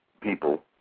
people